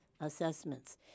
assessments